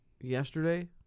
yesterday